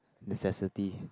necessity